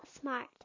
smart